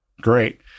Great